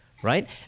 Right